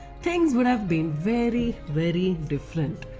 things would have been very very different.